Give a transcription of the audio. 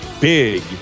big